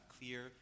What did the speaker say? clear